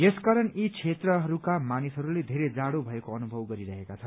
यस कारण यी क्षेत्रका मानिसहरूले वेरै जाड़ो भएको अनुभव गरिरहेका छन्